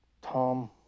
Tom